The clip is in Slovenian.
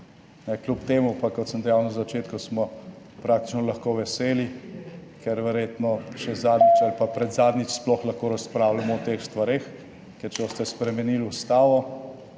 Kljub temu pa, kot sem dejal na začetku, smo praktično lahko veseli, ker verjetno še zadnjič ali pa predzadnjič sploh lahko razpravljamo o teh stvareh, ker če boste spremenili ustavo,